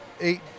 eight